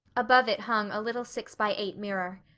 above it hung a little six-by-eight mirror.